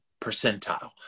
percentile